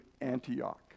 Antioch